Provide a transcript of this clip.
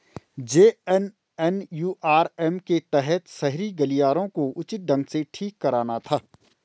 JNNURM के तहत शहरी गलियारों को उचित ढंग से ठीक कराना था